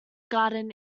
garden